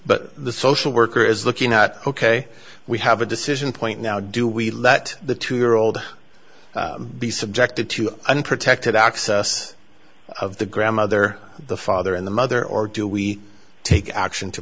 but the social worker is looking at ok we have a decision point now do we let the two year old be subjected to unprotected access of the grandmother the father in the mother or do we take action to